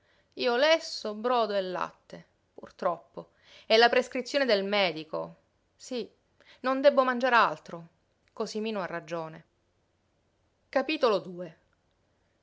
io lesso brodo e latte purtroppo è la prescrizione del medico sí non debbo mangiar altro cosimino ha ragione pss